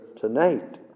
tonight